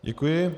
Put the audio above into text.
Děkuji.